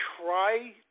try